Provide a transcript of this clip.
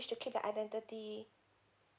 wish to keep the identity